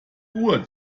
uhr